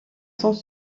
sans